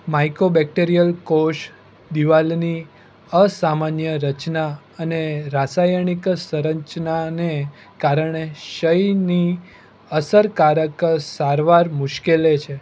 micro bacterial કોષ દિવાલની અસામાન્ય રચના અને રાસાયણિક સંરચનાને કારણે ક્ષયની અસરકારક સારવાર મુશ્કેલ છે